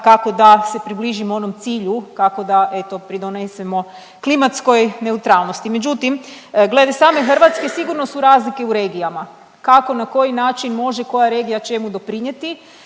kako da se približimo onom cilju, kako da eto pridonesemo klimatskoj neutralnosti. Međutim, glede same Hrvatske sigurno su razlike u regijama kako na koji način može koja regija čemu doprinijeti.